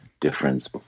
difference